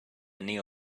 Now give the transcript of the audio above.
new